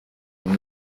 umwe